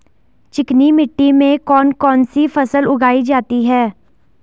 चिकनी मिट्टी में कौन कौन सी फसल उगाई जाती है?